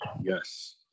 Yes